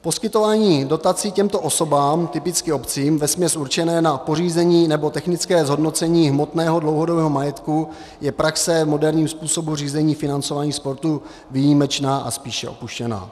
Poskytování dotací těmto osobám, typicky obcím, vesměs určené na pořízení nebo technické zhodnocení hmotného dlouhodobého majetku, je praxe v moderním způsobu řízení financování sportu výjimečná a spíše opuštěná.